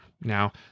Now